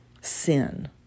sin